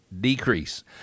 decrease